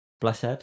Blessed